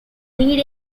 lead